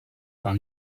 par